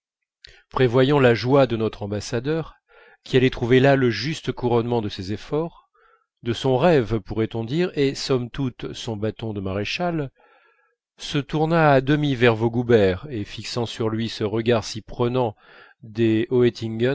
prévoyant la joie de notre ambassadeur qui allait trouver là le juste couronnement de ses efforts de son rêve pourrait-on dire et somme toute son bâton de maréchal se tourna à demi vers vaugoubert et fixant sur lui ce regard si prenant des